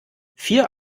vier